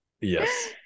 Yes